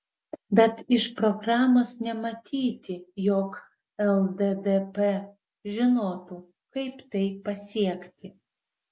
bet iš programos nematyti jog lddp žinotų kaip tai pasiekti